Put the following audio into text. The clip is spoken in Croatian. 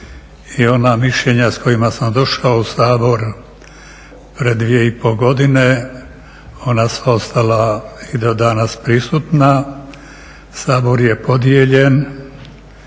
i ona mišljenja s kojima sam došao u Sabor pred dvije i pol godine ona su ostala i do danas prisutna. Sabor je podijeljen